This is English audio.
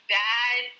bad